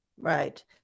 Right